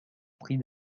prix